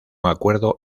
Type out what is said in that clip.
acuerdo